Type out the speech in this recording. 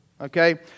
Okay